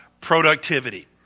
productivity